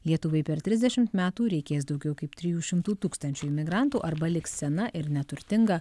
lietuvai per trisdešimt metų reikės daugiau kaip trijų šimtų tūkstančių imigrantų arba liks sena ir neturtinga